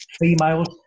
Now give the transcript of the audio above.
females